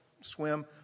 swim